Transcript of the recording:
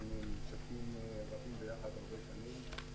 יש לנו ממשקים רבים ביחד הרבה שנים.